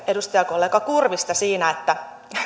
edustajakollega kurvista siinä